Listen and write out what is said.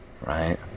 right